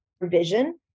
vision